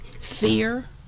fear